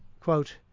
Quote